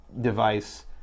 device